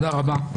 תודה רבה.